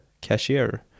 cashier